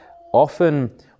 often